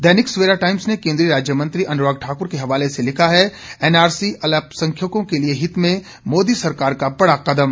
दैनिक Savera Times ने केंद्रीय राज्य मंत्री अनुराग ठाकुर के हवाले से लिखा है एनआरसी अल्पसंख्यकों के हित में मोदी सरकार का बड़ा कदम